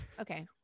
okay